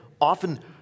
often